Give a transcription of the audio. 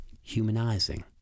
humanizing